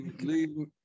leave